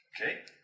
Okay